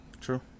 True